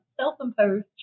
self-imposed